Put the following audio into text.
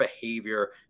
behavior